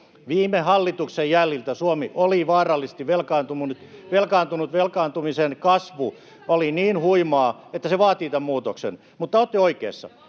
Viime hallituksen jäljiltä Suomi oli vaarallisesti velkaantunut. Velkaantumisen kasvu oli niin huimaa, [Krista Kiurun välihuuto] että se vaatii tämän muutoksen. Mutta olette oikeassa,